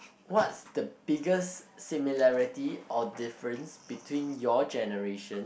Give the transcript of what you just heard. what's the biggest similarity or difference between your generation